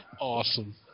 Awesome